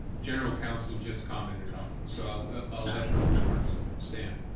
general counsel just commented on it. and so i'll i'll let her remarks stand.